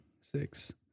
six